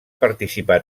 participar